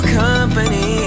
company